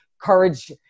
courage